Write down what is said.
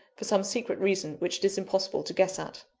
for some secret reason which it is impossible to guess at.